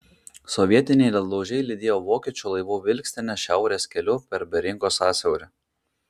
sovietiniai ledlaužiai lydėjo vokiečių laivų vilkstines šiaurės keliu per beringo sąsiaurį